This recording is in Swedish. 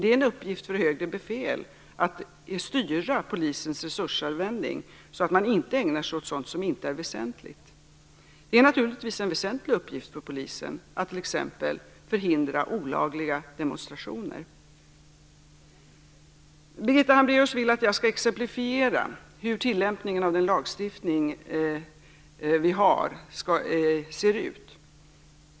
Det är en uppgift för högre befäl att styra polisens resursanvändning så att man inte ägnar sig åt sådant som inte är väsentligt. Det är naturligtvis en väsentlig uppgift för polisen att t.ex. förhindra olagliga demonstrationer. Birgitta Hambraeus vill att jag skall exemplifiera hur tillämpningen av den lagstiftning vi har ser ut.